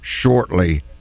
shortly